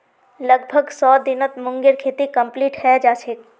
लगभग सौ दिनत मूंगेर खेती कंप्लीट हैं जाछेक